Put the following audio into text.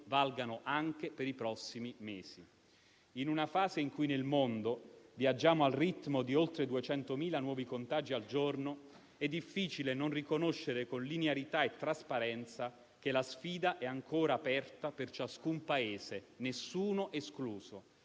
valgano anche per i prossimi mesi. In una fase in cui nel mondo viaggiamo al ritmo di oltre 200.000 nuovi contagi al giorno è difficile non riconoscere con linearità e trasparenza che la sfida è ancora aperta per ciascun Paese, nessuno escluso.